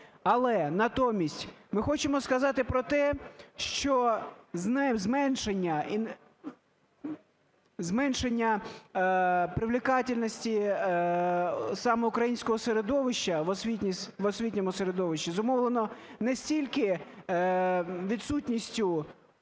Але натомість ми хочемо сказати про те, що зменшення привлекательности саме українського середовища в освітньому середовищі зумовлено не стільки відсутністю